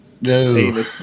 No